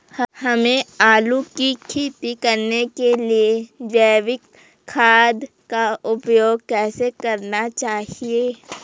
हमें आलू की खेती करने के लिए जैविक खाद का उपयोग कैसे करना चाहिए?